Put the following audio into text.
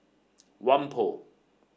Whampoa